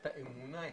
את האמונה,